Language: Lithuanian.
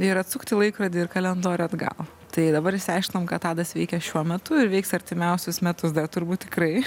ir atsukti laikrodį ir kalendorių atgal tai dabar išsiaiškinom ką tadas veikia šiuo metu ir veiks artimiausius metus dar turbūt tikrai